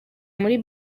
muri